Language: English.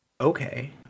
okay